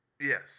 Yes